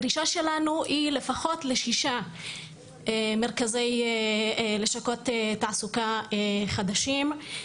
הדרישה שלנו היא לפחות לשישה מרכזי לשכות תעסוקה חדשים.